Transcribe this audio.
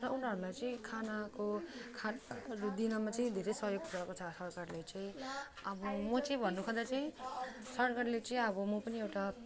र उनीहरूलाई चाहिँ खानाको खानाहरू दिनमा चाहिँ धेरै सहयोग पुऱ्याएको छ सरकारले चाहिँ अब म चाहिँ भन्नुपर्दा चाहिँ सरकारले चाहिँ अब म पनि एउटा